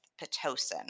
Pitocin